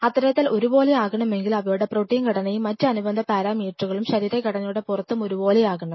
അത്തരത്തിൽ ഒരു പോലെ ആകണം എങ്കിൽ അവയുടെ പ്രോട്ടീൻ ഘടനയും മറ്റ് അനുബന്ധ പാരാമീറ്ററുകളും ശരീരഘടയുടെ പുറത്തും ഒരു പോലെ ആകണം